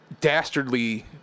dastardly